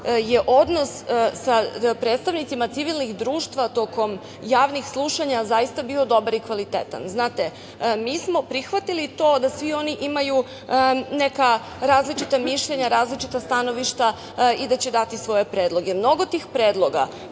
je odnos sa predstavnicima civilnih društava, tokom javnih slušanja, zaista bio dobar i kvalitetan. Znate, mi smo prihvatili to da svi oni imaju neka različita mišljenja, različita stanovišta i da će dati svoje predloge. Mnogo tih predloga